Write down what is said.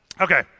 Okay